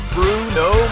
Bruno